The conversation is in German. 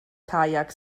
kajak